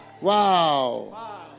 Wow